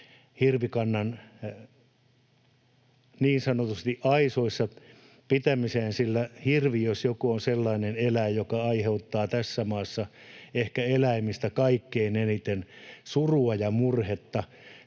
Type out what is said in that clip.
hirvikannan niin sanotusti aisoissa pitämiseen, sillä hirvi jos joku on sellainen eläin, joka aiheuttaa tässä maassa ehkä eläimistä kaikkein eniten surua ja murhetta